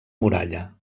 muralla